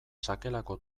sakelako